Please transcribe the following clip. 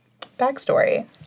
backstory